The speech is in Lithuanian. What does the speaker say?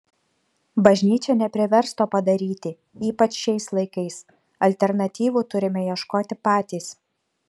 bažnyčia neprivers to padaryti ypač šiais laikais alternatyvų turime ieškoti patys